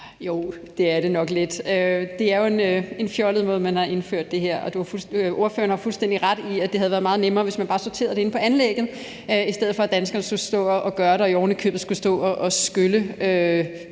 Jo, det er det nok lidt. Det er jo en fjollet måde, man har indført det her på, og ordføreren har fuldstændig ret i, at det havde været meget nemmere, hvis man bare sorterede det inde på anlægget, i stedet for at danskerne skal stå og gøre det og oven i købet skal stå og skylle